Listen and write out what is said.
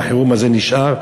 והחירום הזה נשאר.